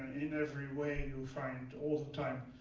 in every way you find, all the time,